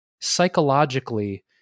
psychologically